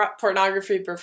pornography